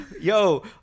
yo